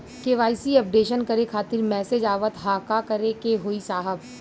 KYC updation करें खातिर message आवत ह का करे के होई साहब?